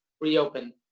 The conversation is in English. reopen